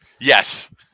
Yes